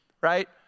right